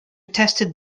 tested